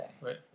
Right